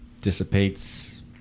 dissipates